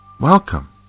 Welcome